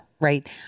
right